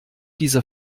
diese